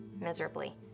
miserably